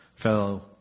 fellow